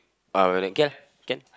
uh can can